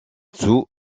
dessous